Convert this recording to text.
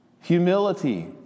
Humility